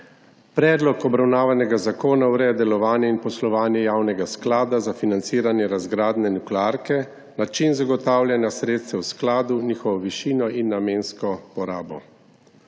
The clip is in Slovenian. Predlog obravnavanega zakona ureja delovanje in poslovanje javnega sklada za financiranje razgradnje nuklearke, način zagotavljanja sredstev skladu, njihovo višino in namensko porabo.